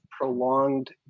prolonged